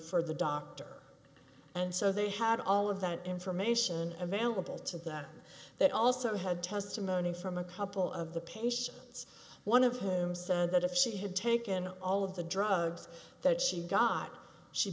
for the doctor and so they had all of that information available to that they also had testimony from a couple of the patients one of whom said that if she had taken all of the drugs that she got she